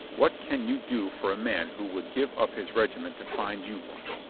what can you do for a man who would give up his regiment to find you one?